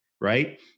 right